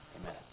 amen